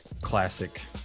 classic